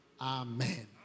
Amen